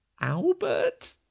Albert